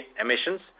emissions